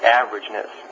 averageness